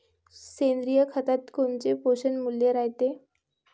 सेंद्रिय खतात कोनचे पोषनमूल्य रायते?